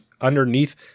underneath